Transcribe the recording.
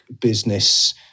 business